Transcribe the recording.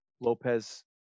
Lopez